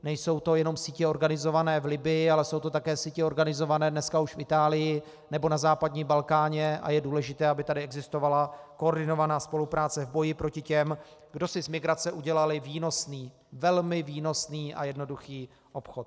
Nejsou to jenom sítě organizované v Libyii, ale jsou to také sítě organizované dneska už v Itálii nebo na západním Balkáně a je důležité, aby tady existovala koordinovaná spolupráce v boji proti těm, kdo si z migrace udělali výnosný, velmi výnosný a jednoduchý obchod.